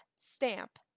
stamp